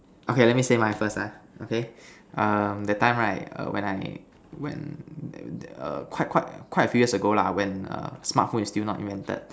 okay let me say mine first ah okay um that time right when I when err quite quite quite a few years ago lah when err smartphone is sill not invented